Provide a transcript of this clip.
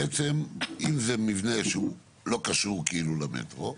בעצם אם זה מבנה שהוא לא קשור למטרו,